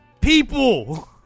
people